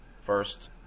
first